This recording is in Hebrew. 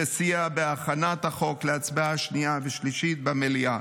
שסייע בהכנת הצעת חוק להצבעה בקריאה שנייה ושלישית במליאה.